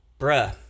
bruh